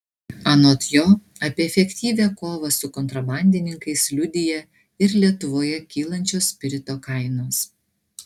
anot jo apie efektyvią kovą su kontrabandininkais liudija ir lietuvoje kylančios spirito kainos